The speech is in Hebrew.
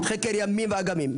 "חקר הימים והאגמים",